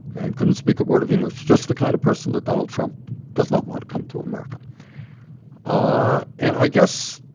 and couldn't speak a word of english just the kind of person that donald trump does not want to come to america ah and i guess,